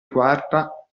guarda